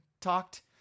talked